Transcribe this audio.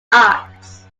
arts